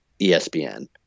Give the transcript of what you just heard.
ESPN